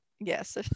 Yes